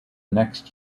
next